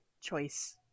choice